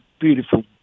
beautiful